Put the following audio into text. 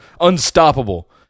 unstoppable